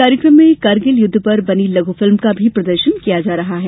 कार्यक्रम में कारगिल युद्ध पर बनी लघु फिल्म का भी प्रदर्शन किया जा रहा है